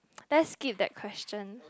let's skip that question